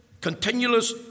continuous